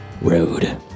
Road